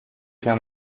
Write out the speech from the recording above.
sea